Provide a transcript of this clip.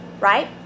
right